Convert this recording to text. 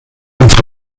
unsere